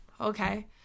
Okay